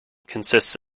consists